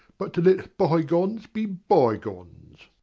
but to let bygones be bygones.